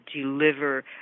deliver